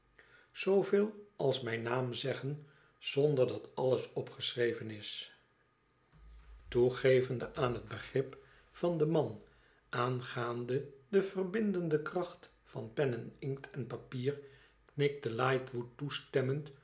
zooveel als mijn naam zeggen zonder dat alles opgeschreven is toegevende aan het begrip van den man aangaande de verbindende kracht van pen en inkt en papier knikte lightwood toestemmend